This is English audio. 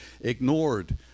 ignored